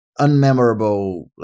unmemorable